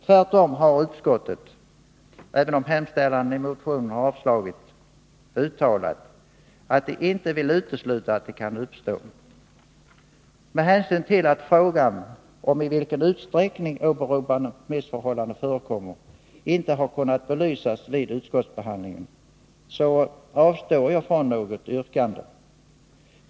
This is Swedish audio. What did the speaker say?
Tvärtom har utskottet — även om hemställan i motionen avstyrkts — uttalat att det inte vill utesluta att de kan uppstå. Med hänsyn till att frågan om i vilken utsträckning Nr 33 åberopade missförhållanden förekommer inte har kunnat belysas vid utskottsbehandlingen avstår jag från något yrkande.